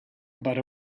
but